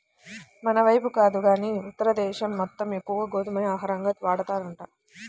మనైపు కాదు గానీ ఉత్తర దేశం మొత్తం ఎక్కువగా గోధుమనే ఆహారంగా వాడతారంట